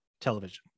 television